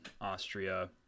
Austria